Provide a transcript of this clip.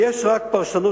סאיב.